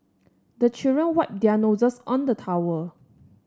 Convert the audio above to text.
the children wipe their noses on the towel